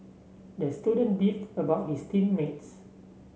the student beefed about his team mates